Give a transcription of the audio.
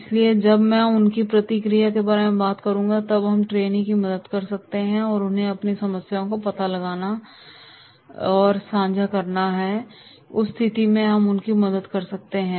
इसलिए जब मैं उनकी प्रतिक्रिया के बारे में बात करता हूं जब हम ट्रेनी की बात करते है कि उन्हें अपनी समस्याओं का पता लगाना और साझा करना है उस स्थिति में हम उनकी मदद कर सकते हैं